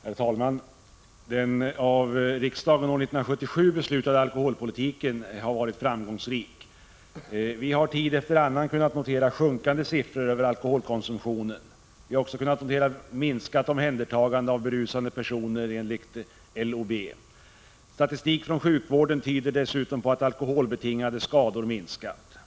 Herr talman! Den av riksdagen år 1977 beslutade alkoholpolitiken har varit framgångsrik. Vi har tid efter annan kunnat notera sjunkande siffror över alkoholkonsumtionen. Vi har också kunnat notera färre omhändertaganden av berusade personer enligt LOB. Statistik från sjukvården tyder dessutom på att antalet alkoholbetingade skador minskat.